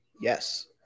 yes